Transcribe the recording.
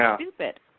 stupid